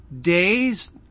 days